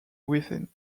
within